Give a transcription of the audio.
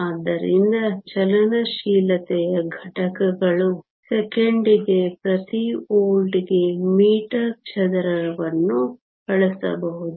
ಆದ್ದರಿಂದ ಚಲನಶೀಲತೆಯ ಘಟಕಗಳು ಸೆಕೆಂಡಿಗೆ ಪ್ರತಿ ವೋಲ್ಟ್ಗೆ ಮೀಟರ್ ಚದರವನ್ನು ಬಳಸಬಹುದು